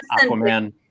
Aquaman